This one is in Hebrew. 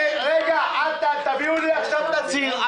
תביאו לי עכשיו תצהיר.